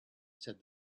said